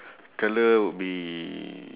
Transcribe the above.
colour would be